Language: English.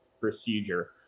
procedure